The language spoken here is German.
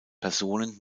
personen